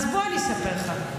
אז בוא אני אספר לך.